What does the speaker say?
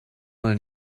mal